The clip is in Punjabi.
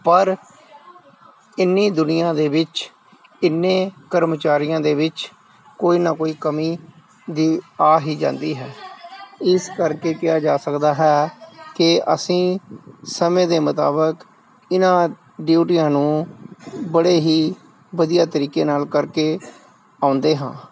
ਪਰ ਇੰਨੀ ਦੁਨੀਆਂ ਦੇ ਵਿੱਚ ਇੰਨੇ ਕਰਮਚਾਰੀਆਂ ਦੇ ਵਿੱਚ ਕੋਈ ਨਾ ਕੋਈ ਕਮੀ ਦੀ ਆ ਹੀ ਜਾਂਦੀ ਹੈ ਇਸ ਕਰਕੇ ਕਿਹਾ ਜਾ ਸਕਦਾ ਹੈ ਕਿ ਅਸੀਂ ਸਮੇਂ ਦੇ ਮੁਤਾਬਕ ਇਹਨਾਂ ਡਿਊਟੀਆਂ ਨੂੰ ਬੜੇ ਹੀ ਵਧੀਆ ਤਰੀਕੇ ਨਾਲ ਕਰਕੇ ਆਉਂਦੇ ਹਾਂ